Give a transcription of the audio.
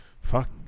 Fuck